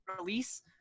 release